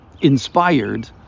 inspired